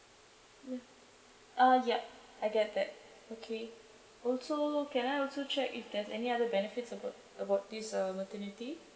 uh ya I get that okay also can I also check if there's any other benefits about about this uh maternity